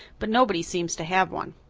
but nobody seems to have one.